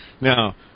now